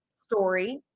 story